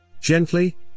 Gently